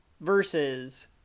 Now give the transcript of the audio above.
versus